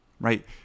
right